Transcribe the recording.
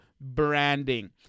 branding